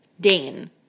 Dane